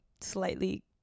slightly